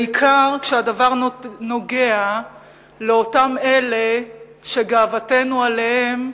בעיקר כשהדבר נוגע לאותם אלה שגאוותנו עליהם,